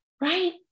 right